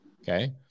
okay